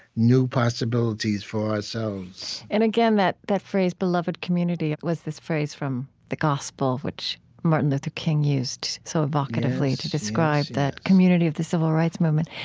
new possibilities for ourselves and, again, that that phrase beloved community was this phrase from the gospel, which martin luther king used so evocatively to describe the community of the civil rights movement.